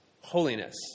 Holiness